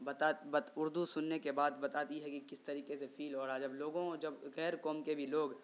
بتا اردو سننے کے بعد بتاتی ہے کہ کس طریقے سے فیل ہو رہا ہے جب لوگوں جب غیر قوم کے بھی لوگ